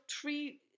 three